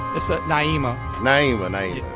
it's ah naima naima, naima.